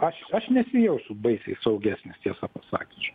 aš aš nesijausiu baisiai saugesnis tiesą pasakius